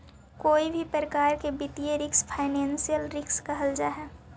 कोई भी प्रकार के वित्तीय रिस्क फाइनेंशियल रिस्क कहल जा हई